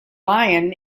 lion